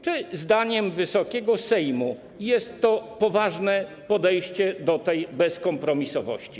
Czy zdaniem Wysokiego Sejmu jest to poważne podejście do tej bezkompromisowości?